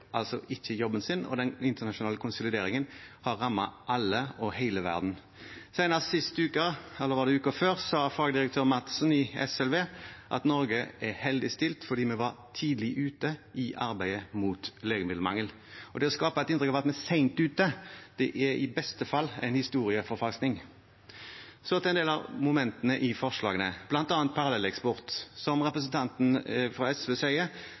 den internasjonale konsolideringen har rammet alle og hele verden. Senest sist uke – eller var det uka før – sa fagdirektør Madsen i Statens legemiddelverk at Norge er heldig stilt fordi vi var tidlig ute i arbeidet mot legemiddelmangel. Det å skape et inntrykk av at vi er sent ute, er i beste fall en historieforfalskning. Så til en del av momentene i forslagene, bl.a. parallelleksport. Som representanten fra SV sier,